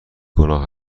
گناه